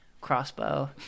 crossbow